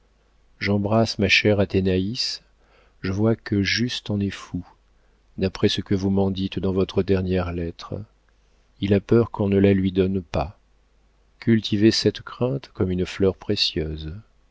j'embrasse ma chère athénaïs je vois que juste en est fou d'après ce que vous m'en dites dans votre dernière lettre il a peur qu'on ne la lui donne pas cultivez cette crainte comme une fleur précieuse